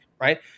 right